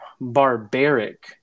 barbaric